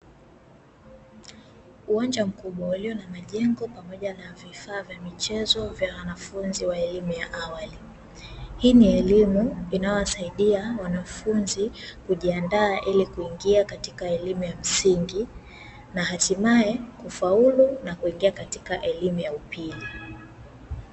Uwanja mkubwa ulio na majengo pamoja na vifaa vya michezo vya wanafunzi wa awali. Hii ni elimu inayowasaidia wanafunzi kujiandaa ili kuingia katika elimu ya msingi, na hatimaye kufaulu na kuingia katika elimu ya upili.